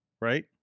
Right